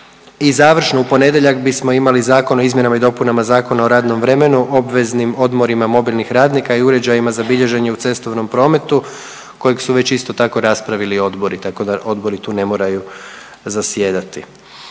i završno u ponedjeljak bismo imali Zakon o izmjenama i dopunama Zakona o radnom vremenu, obveznim odmorima mobilnih radnika i uređajima za bilježenje u cestovnom prometu kojeg su već isto tako raspravili odbori tako da odboru tu ne moraju zasjedati.